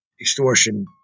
Extortion